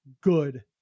good